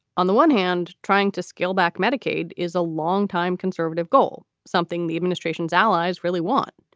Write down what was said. on the one hand, trying to scale back medicaid is a longtime conservative goal, something the administration's allies really want.